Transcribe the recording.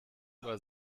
über